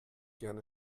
gerne